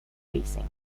racing